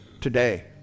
today